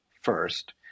first